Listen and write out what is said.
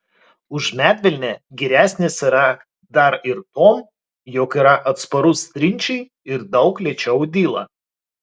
už medvilnę geresnis yra dar ir tuom jog yra atsparus trinčiai ir daug lėčiau dyla